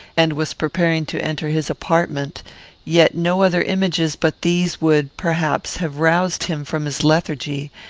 and was preparing to enter his apartment yet no other images but these would, perhaps, have roused him from his lethargy,